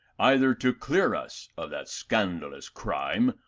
either to clear us of that scandalous crime,